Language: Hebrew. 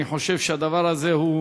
אני חושב שהדבר הזה הוא